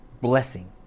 blessing